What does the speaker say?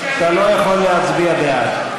אמרו לי, אתה לא יכול להצביע בעד.